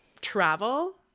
travel